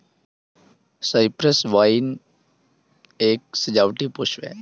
Cyprus vine एक सजावटी पुष्प है